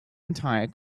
entire